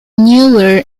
newer